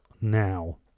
now